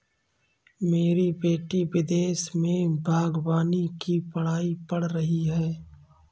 मेरी बेटी विदेश में बागवानी की पढ़ाई पढ़ रही है